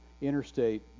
interstate